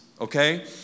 Okay